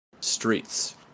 streets